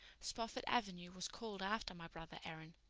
spofford avenue was called after my brother aaron.